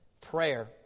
Prayer